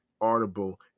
Audible